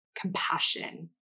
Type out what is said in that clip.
compassion